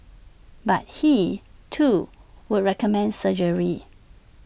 but he too would recommend surgery